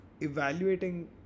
evaluating